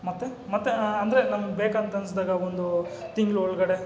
ಮತ್ತು ಮತ್ತು ಅಂದರೆ ನಮಗೆ ಬೇಕಂತ ಅನಿಸ್ದಾಗ ಒಂದು ತಿಂಗ್ಳ ಒಳಗಡೆ